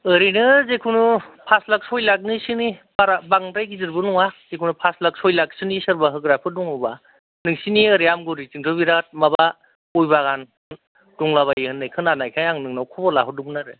औरैनो जिखुनु पास लाख सय लाखनिसोनि बारा बांद्राय गिदिरबो नङा जिखुनु पास लाख सय लाखसोनि सोरबा होग्राफोर दङबा नोंसोरनि ओरै आमगुरिथिंबोथ' बिराद माबा गय बागान दंलाबायो होननाय खोनानायखाय आङो नोंनाव खबर लाहरदोंमोन आरो